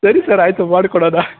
ಸರಿ ಸರ್ ಆಯಿತು ಮಾಡ್ಕೊಡೋಣ